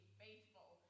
faithful